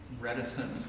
reticent